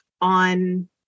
on